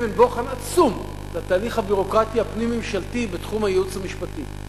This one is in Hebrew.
אבן בוחן עצומה לתהליך הביורוקרטי הפנים-ממשלתי בתחום הייעוץ המשפטי.